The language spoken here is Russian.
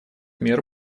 мер